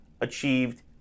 achieved